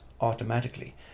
automatically